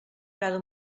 cada